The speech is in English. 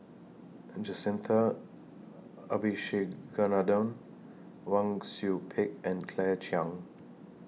Abisheganaden Wang Sui Pick and Claire Chiang